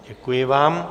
Děkuji vám.